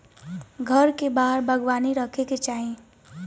घर के बाहर बागवानी रखे के चाही